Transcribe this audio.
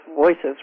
voices